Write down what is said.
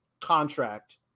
contract